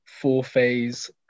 four-phase